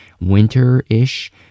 winter-ish